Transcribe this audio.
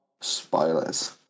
Spoilers